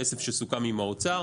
כסף שסוכם עם האוצר.